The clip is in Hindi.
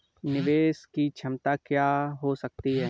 निवेश की क्षमता क्या हो सकती है?